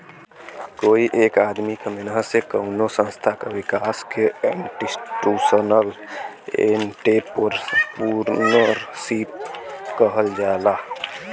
कोई एक आदमी क मेहनत से कउनो संस्था क विकास के इंस्टीटूशनल एंट्रेपर्नुरशिप कहल जाला